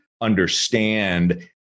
understand